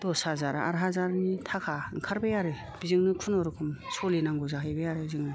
दस हाजार आद हाजारनि थाखा ओंखारबाय आरो बिजोंनो खुनुरुखुम सोलिनांगौ जाहैबाय आरो जोङो